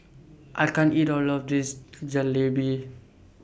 I can't eat All of This Jalebi